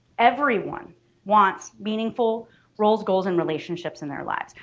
everyone wants meaningful roles, goals, and relationships in their lives.